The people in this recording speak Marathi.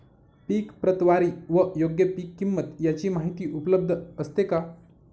पीक प्रतवारी व योग्य पीक किंमत यांची माहिती उपलब्ध असते का?